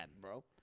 bro